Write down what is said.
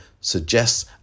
suggests